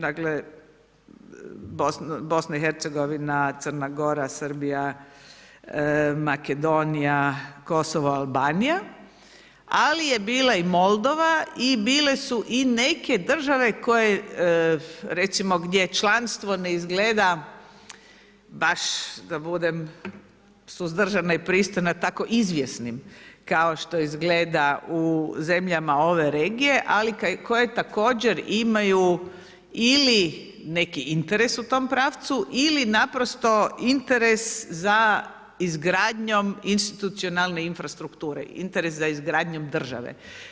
Dakle, Bosna i Hercegovina, Crna Gora, Srbija, Makedonija, Kosovo, Albanija, ali je bila i Moldova i bile su i neke države koje recimo članstvo ne izgleda baš da budem suzdržana i pristojna tako izvjesnim kao što izgleda u zemljama ove regije, ali koje također imaju ili neki interes u tom pravcu, ili naprosto interes za izgradnjom institucionalne infrastrukture, interes za izgradnjom države.